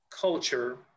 culture